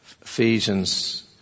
Ephesians